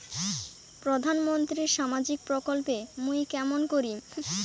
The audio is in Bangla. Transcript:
প্রধান মন্ত্রীর সামাজিক প্রকল্প মুই কেমন করিম?